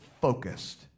focused